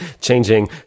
changing